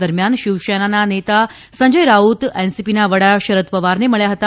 દરમ્યાન શિવસેનાના નેતા સંજય રાઉત એનસીપીના વડા શરદ પવારને મળ્યા હતા